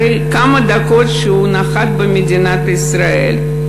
כמה דקות אחרי שהוא נחת במדינת ישראל,